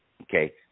Okay